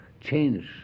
change